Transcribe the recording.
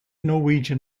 norwegian